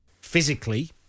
Physically